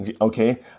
Okay